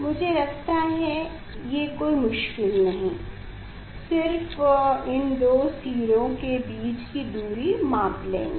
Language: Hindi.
मुझे लगता है ये कोई मुश्किल नहीं सिर्फ इन दो सिरों के बीच की दूरी माप लेंगे